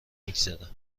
میگذره